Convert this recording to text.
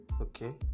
okay